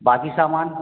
बाकी सामान